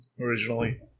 originally